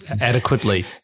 adequately